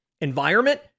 environment